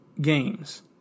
games